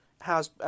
How's